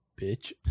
Bitch